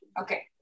okay